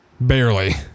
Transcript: Barely